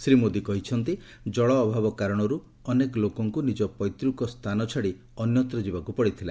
ଶ୍ରୀ ମୋଦି କହିଛନ୍ତି ଜଳ ଅଭାବ କାରଣରୁ ଅନେକ ଲୋକଙ୍କୁ ନିଜ ପୈତୃକ ସ୍ଥାନ ଛାଡ଼ି ଅନ୍ୟତ୍ର ଯିବାକୁ ପଡ଼ିଥିଲା